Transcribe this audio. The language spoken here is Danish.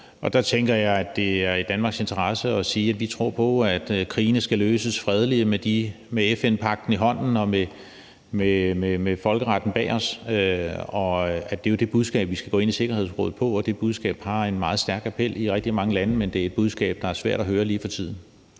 Der tænker jeg, at det er i Danmarks interesse at sige, at vi tror på, at krigen skal løses fredeligt med FN-pagten i hånden og med folkeretten bag os, og det er jo det budskab, vi skal gå ind i Sikkerhedsrådet med, og det budskab har en rigtig stærk appel i rigtig mange lande, men det er et budskab, som det er svært at høre lige for tiden.